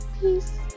Peace